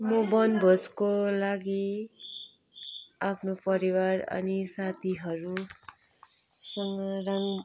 म बनभोजको लागि आफ्नो परिवार अनि साथीहरूसँग राङ्